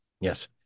Yes